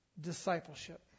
discipleship